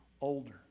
older